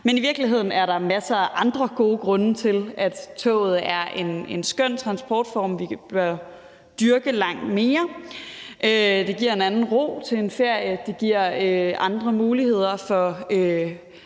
men i virkeligheden er der masser af andre gode grunde til, at toget er en skøn transportform, vi bør dyrke langt mere. Det giver en anden ro til ens ferie. Det giver andre muligheder i